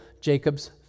Jacob's